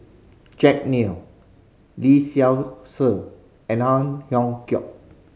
Jack Neo Lee Seow Ser and Ang Hiong Chiok